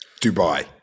dubai